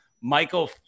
Michael